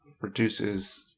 reduces